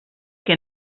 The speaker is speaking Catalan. que